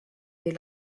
des